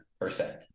percent